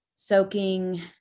soaking